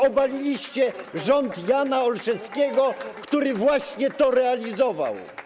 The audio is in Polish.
Obaliliście rząd Jana Olszewskiego, który właśnie to realizował.